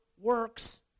works